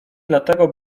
dlatego